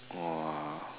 !wah!